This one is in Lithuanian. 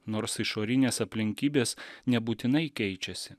nors išorinės aplinkybės nebūtinai keičiasi